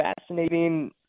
fascinating